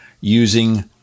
using